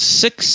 six